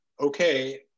okay